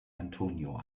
antonio